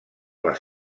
les